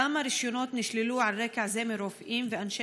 3. כמה רישיונות נשללו על רקע זה מרופאים ואנשי